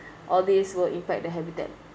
all this will impact the habitat